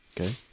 okay